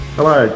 Hello